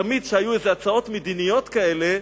תמיד כשהיו איזה הצעות מדיניות כאלה,